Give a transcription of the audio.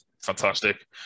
fantastic